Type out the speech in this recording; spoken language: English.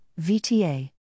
VTA